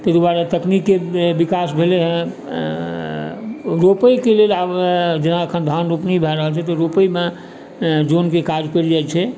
तैँ दुआरे तकनिकी विकास भेलै हँ रोपैके आब जेना एखन धान रोपनी भए रहल छै तऽ रोपैमे जनके काज पड़ि जाइत छै